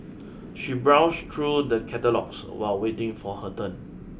she browsed through the catalogues while waiting for her turn